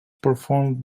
performed